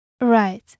Right